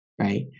Right